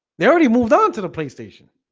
they already moved on to the playstation